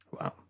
Wow